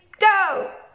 go